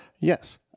Yes